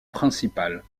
principale